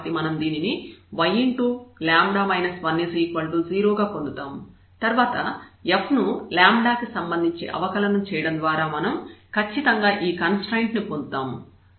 కాబట్టి మనం దీనిని yλ 1 0 గా పొందుతాము తర్వాత F ను కి సంబంధించి అవకలనం చేయడం ద్వారా మనం ఖచ్చితంగా ఈ కన్స్ట్రయిన్ట్ ని పొందుతాము